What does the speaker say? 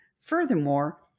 Furthermore